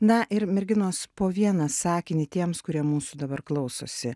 na ir merginos po vieną sakinį tiems kurie mūsų dabar klausosi